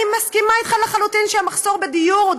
אני מסכימה איתך לחלוטין שהמחסור בדיור הוא,